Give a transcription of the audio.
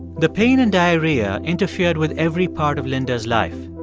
the pain and diarrhea interfered with every part of linda's life.